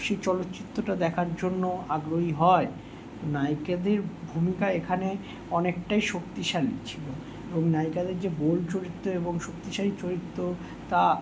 সেই চলচ্চিত্রটা দেখার জন্য আগ্রহী হয় নায়িকাদের ভূমিকা এখানে অনেকটাই শক্তিশালী ছিলো এবং নায়িকাদের যে বোল্ড চরিত্রে এবং শক্তিশালী চরিত্র তা